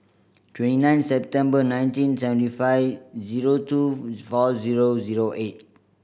twenty nine September nineteen seventy five zero two four zero zero eight